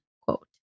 quote